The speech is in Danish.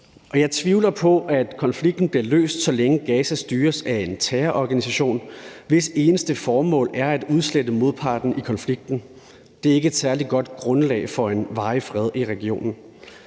jeg tvivler på, at konflikten bliver løst, så længe Gaza styres af en terrororganisation, hvis eneste formål er at udslette modparten i konflikten. Det er ikke et særlig godt grundlag for en varig fred i regionen.